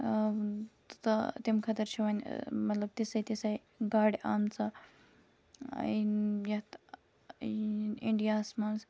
ٲں تہٕ تَمہِ خٲطرٕ چھ وۄنۍ مطلب تِژھے تِژھے گاڑِ آمژٕ یَتھ اِنڈیاہَس مَنز